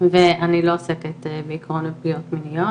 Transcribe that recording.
ואני לא עוסקת בעקרון בפגיעות מיניות.